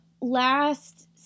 last